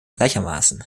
gleichermaßen